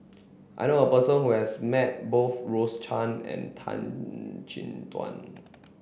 I know a person who has met both Rose Chan and Tan Chin Tuan